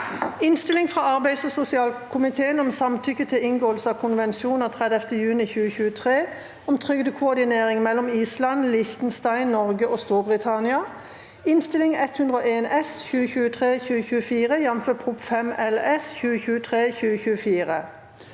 Innstilling fra arbeids- og sosialkomiteen om sam- tykke til inngåelse av konvensjon av 30. juni 2023 om trygdekoordinering mellom Island, Liechtenstein, Norge og Storbritannia (Innst. 101 S (2023–2024), jf. Prop. 5 LS (2023–2024))